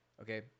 Okay